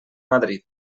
madrid